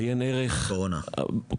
עיין ערך קורונה,